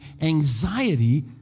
anxiety